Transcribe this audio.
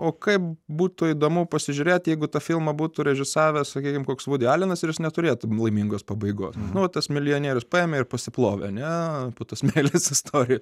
o kaip būtų įdomu pasižiūrėti jeigu tą filmą būtų režisavęs sakykime koks vudi alenas ir neturėtų laimingos pabaigos nu vat tas milijonierius paėmė ir pasiplovė ane po tos meilės istorijų